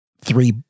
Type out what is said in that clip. three